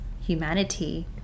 humanity